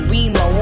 Remo